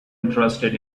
interested